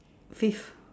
please